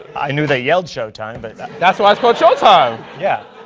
i knew they yelled, showtime, but that's why it's called showtime. yeah.